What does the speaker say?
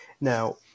Now